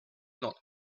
not